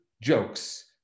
jokes